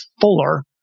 fuller